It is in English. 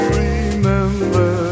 remember